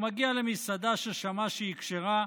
הוא מגיע למסעדה, ששמע שהיא כשרה,